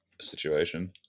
situation